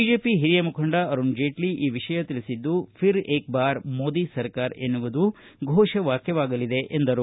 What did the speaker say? BJP ಹಿರಿಯ ಮುಖಂಡ ಅರುನ ಜೇಟ್ಲ ಈ ವಿಷಯ ತಿಳಿಸಿದ್ದು ಫಿರ್ ಏಕ ಬಾರ್ ಮೋದಿ ಸರ್ಕಾರ ಎನ್ನುವುದು ಘೋಷ ವಾಕ್ಟವಾಗಲಿದೆ ಎಂದರು